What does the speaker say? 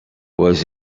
was